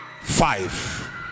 Five